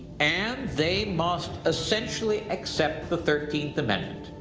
and they must essentially accept the thirteenth amendment.